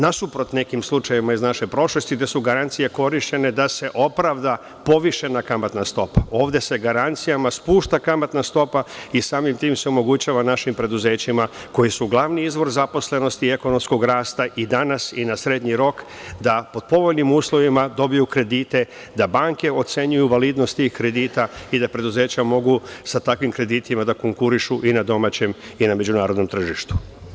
Nasuprot nekim slučajevima iz naše prošlosti gde su garancije korišćene da se opravda povišena kamatna stopa, ovde se garancijama spušta kamatna stopa i samim tim se omogućava našim preduzećima koji su glavni izvor zaposlenosti i ekonomskog rasta, i danas i na srednji rok, da pod povoljnim uslovima dobiju kredite, da banke ocenjuju validnost tih kredita i da preduzeća mogu sa takvim kreditima da konkurišu i na domaćem i na međunarodnom tržištu.